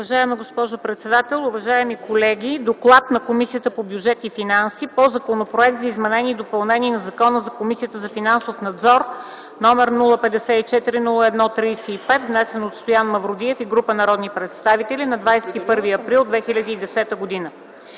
Уважаема госпожо председател, уважаеми колеги! „ДОКЛАД на Комисията по бюджет и финанси по Законопроект за изменение и допълнение на Закона за Комисията за финансов надзор, № 054-01-35, внесен от Стоян Мавродиев и група народни представители на 21.04.2010 г.